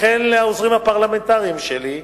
וכן לעוזרים הפרלמנטריים שלי,